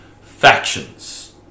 factions